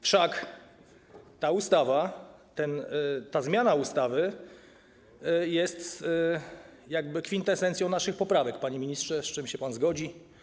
Wszak ta ustawa, ta zmiana ustawy jest jakby kwintesencją naszych poprawek, panie ministrze, z czym się pan zgodzi.